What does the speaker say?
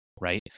right